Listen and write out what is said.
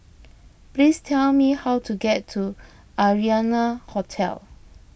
please tell me how to get to Arianna Hotel